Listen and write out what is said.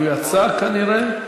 הוא יצא, כנראה.